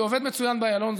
זה עובד מצוין באיילון,